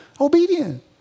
obedient